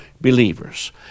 believers